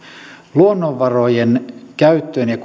luonnonvarojen käyttö ja